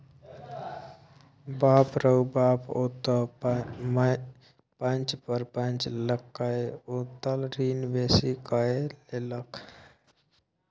बाप रौ बाप ओ त पैंच पर पैंच लकए उत्तोलन ऋण बेसी कए लेलक